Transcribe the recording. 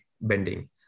bending